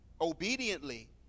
obediently